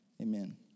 Amen